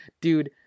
Dude